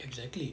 exactly